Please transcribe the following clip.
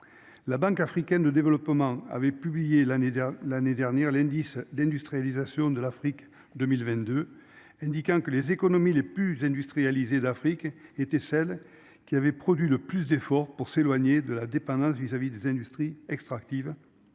La Banque africaine de développement, avait publié l'année dernière, l'année dernière, l'indice d'industrialisation de l'Afrique 2022, indiquant que les économies les plus industrialisés d'Afrique était celle qui avait produit le plus d'efforts pour s'éloigner de la dépendance vis-à-vis des industries extractives. Et pour se